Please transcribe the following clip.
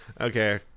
Okay